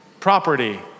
property